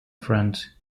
friend